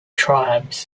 tribes